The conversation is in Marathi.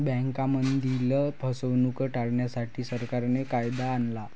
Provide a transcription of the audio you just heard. बँकांमधील फसवणूक टाळण्यासाठी, सरकारने कायदा आणला